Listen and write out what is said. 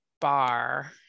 bar